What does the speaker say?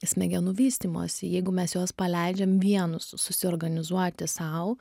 smegenų vystymosi jeigu mes juos paleidžiam vienus susiorganizuoti sau